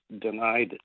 denied